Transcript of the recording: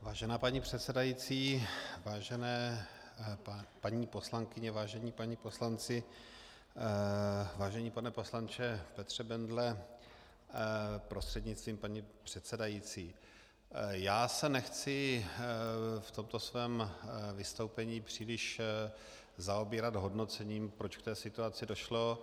Vážená paní předsedající, vážené paní poslankyně, vážení páni poslanci, vážený pane poslanče Petře Bendle prostřednictvím paní předsedající, já se nechci v tomto svém vystoupení příliš zaobírat hodnocením, proč k té situaci došlo.